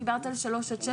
דיברת על 3 עד 6,